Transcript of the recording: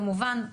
כמובן,